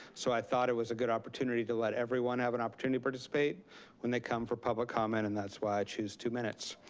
so i thought it was a good opportunity to let everyone have an opportunity but to speak when they come for public comment, and that's why i choose two minutes.